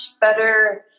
better